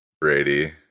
brady